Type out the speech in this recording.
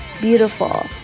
beautiful